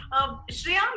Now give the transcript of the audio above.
Shreya